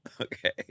Okay